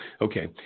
Okay